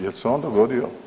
Jel se on dogodio?